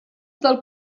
del